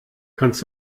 kannst